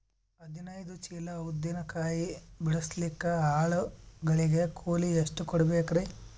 ಹದಿನೈದು ಚೀಲ ಉದ್ದಿನ ಕಾಯಿ ಬಿಡಸಲಿಕ ಆಳು ಗಳಿಗೆ ಕೂಲಿ ಎಷ್ಟು ಕೂಡಬೆಕರೀ?